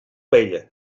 paella